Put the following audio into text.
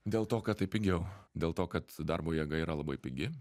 dėl to kad taip pigiau dėl to kad darbo jėga yra labai pigi